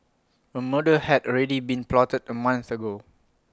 A murder had already been plotted A month ago